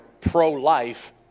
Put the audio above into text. pro-life